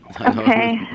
Okay